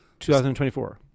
2024